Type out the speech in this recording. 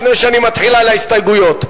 לפני שאני מתחיל את ההצבעות על ההסתייגויות.